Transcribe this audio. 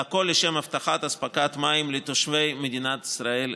והכול לשם הבטחת אספקת מים לתושבי מדינת ישראל כולם.